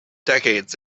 decades